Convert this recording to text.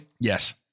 Yes